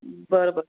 बरं बरं